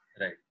Right